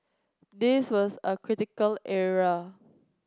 this was a critical error